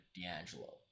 D'Angelo